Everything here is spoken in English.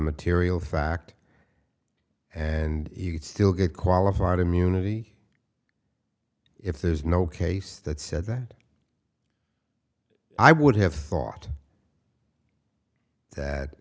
material fact and you could still get qualified immunity if there's no case that said that i would have thought that